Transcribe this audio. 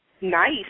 Nice